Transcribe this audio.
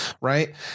right